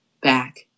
back